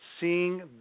seeing